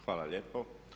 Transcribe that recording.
Hvala lijepo.